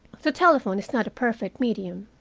the telephone is not a perfect medium.